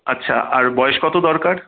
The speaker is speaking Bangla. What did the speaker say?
আচ্ছা আর বয়স কত দরকার